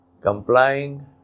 complying